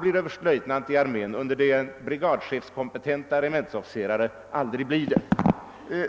blivit överstelöjtnant i armén under det att brigadchefskompetenta regementsofficerare aldrig blivit det.